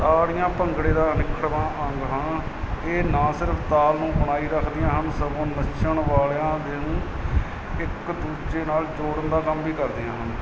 ਤਾੜੀਆਂ ਭੰਗੜੇ ਦਾ ਅਨਿੱਖੜਵਾਂ ਅੰਗ ਹਨ ਇਹ ਨਾ ਸਿਰਫ ਤਾਲ ਨੂੰ ਬਣਾਈ ਰੱਖਦੀਆਂ ਹਨ ਸਗੋਂ ਨੱਚਣ ਵਾਲਿਆਂ ਦੇ ਨੂੰ ਇੱਕ ਦੂਜੇ ਨਾਲ ਜੋੜਨ ਦਾ ਕੰਮ ਵੀ ਕਰਦੀਆਂ ਹਨ